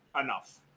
enough